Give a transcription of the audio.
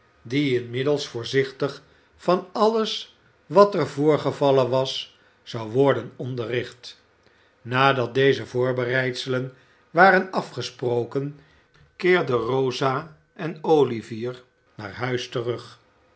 die inmiddels voorzichtig van alles wat er voorgevallen was zou worden onderricht nadat deze voorbereidselen waren afgesproken keerden rosa en o ivier naar huis terug